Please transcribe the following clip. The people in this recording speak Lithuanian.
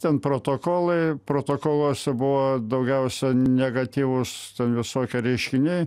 ten protokolai protokoluose buvo daugiausia negatyvūs ten visokie reiškiniai